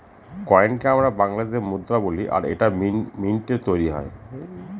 কয়েনকে আমরা বাংলাতে মুদ্রা বলি আর এটা মিন্টৈ তৈরী হয়